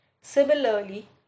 Similarly